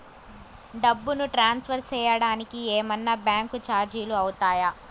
డబ్బును ట్రాన్స్ఫర్ సేయడానికి ఏమన్నా బ్యాంకు చార్జీలు అవుతాయా?